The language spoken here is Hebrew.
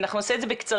אנחנו נעשה את זה בקצרה.